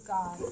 God